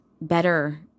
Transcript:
better